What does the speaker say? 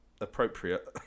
appropriate